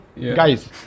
Guys